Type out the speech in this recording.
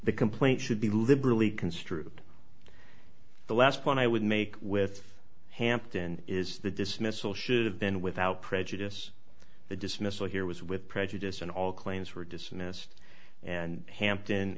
the complaint should be liberally construed the last point i would make with hampton is the dismissal should have been without prejudice the dismissal here was with prejudice and all claims were dismissed and hampton